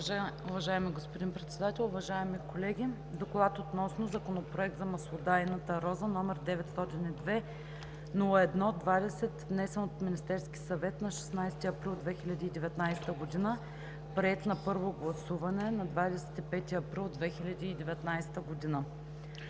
Уважаеми господин Председател, уважаеми колеги: „Доклад относно Законопроект за маслодайната роза, № 902 01-20, внесен от Министерския съвет на 16 април 2019 г., приет на първо гласуване на 25 април 2019 г.“